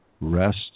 rest